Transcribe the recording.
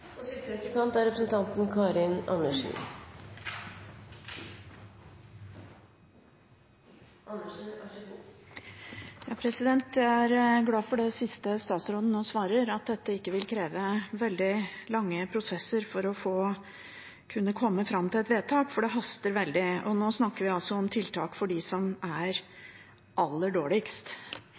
Jeg er glad for det siste som statsråden svarte, at det ikke vil kreve veldig lange prosesser for å kunne komme fram til et vedtak, for det haster veldig. Nå snakker vi om tiltak for dem som er aller dårligst.